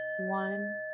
One